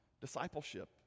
discipleship